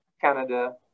Canada